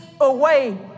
away